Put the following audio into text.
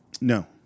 No